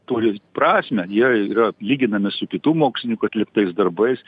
turi prasmę jie yra lyginami su kitų mokslininkų atliktais darbais